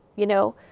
you know?